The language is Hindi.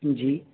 जी